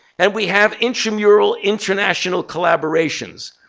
and we have intramural international collaborations.